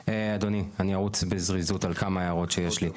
אדוני, אני ארוץ בזריזות על כמה הערות שיש לי.